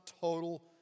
total